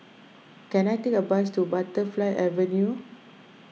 can I take a bus to Butterfly Avenue